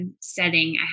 setting